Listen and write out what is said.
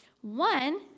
One